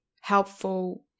helpful